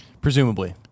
Presumably